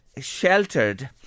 sheltered